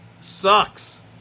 sucks